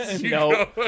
No